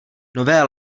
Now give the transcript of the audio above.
nové